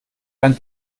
ein